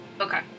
Okay